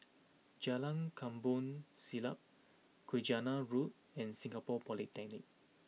Jalan Kampong Siglap Saujana Road and Singapore Polytechnic